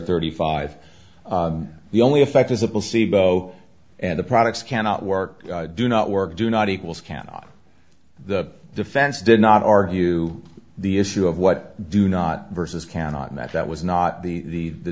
thirty five the only effect is a placebo and the products cannot work do not work do not equals cannot the defense did not argue the issue of what do not versus cannot and that that was not the the